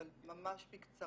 אבל ממש בקצרה,